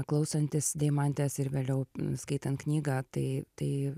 klausantis deimantės ir vėliau skaitant knygą tai tai